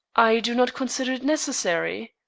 i do not consider it necessary.